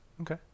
okay